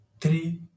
three